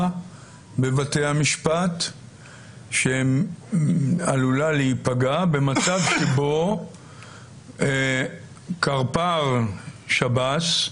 בבתי המשפט שעלולה להיפגע במצב שבו קרפ"ר שב"ס,